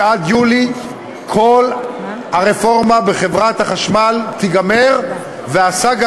שעד יולי כל הרפורמה בחברת החשמל תיגמר והסאגה